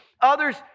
Others